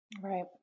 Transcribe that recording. Right